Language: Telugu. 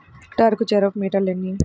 హెక్టారుకు చదరపు మీటర్లు ఎన్ని?